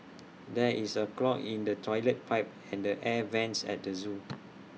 there is A clog in the Toilet Pipe and the air Vents at the Zoo